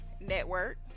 network